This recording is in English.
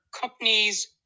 companies